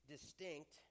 distinct